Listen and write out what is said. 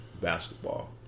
basketball